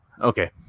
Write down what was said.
Okay